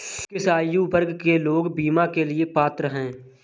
किस आयु वर्ग के लोग बीमा के लिए पात्र हैं?